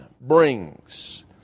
brings